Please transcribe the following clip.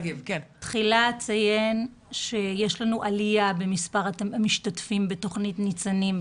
תחילה אציין שבשנה הזאת יש לנו עלייה במספר המשתתפים בתוכנית ניצנים.